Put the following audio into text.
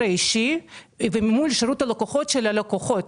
האישי ומול שירות הלקוחות של הלקוחות.